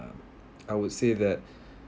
uh I would say that